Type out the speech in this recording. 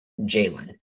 Jalen